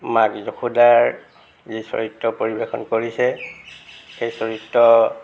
মাক যশোদাৰ যি চৰিত্ৰ পৰিবেশন কৰিছে সেই চৰিত্ৰ